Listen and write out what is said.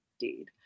indeed